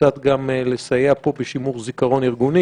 קצת גם לסייע פה בשימור זיכרון ארגוני.